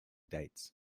dates